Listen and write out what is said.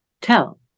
tell